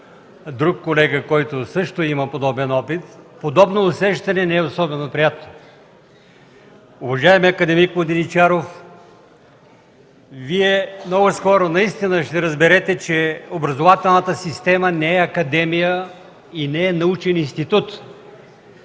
друг колега, който също има подобен опит, подобно усещане не е особено приятно. Уважаеми акад. Воденичаров, Вие ще разберете, че образователната система не е академия и не е научен институт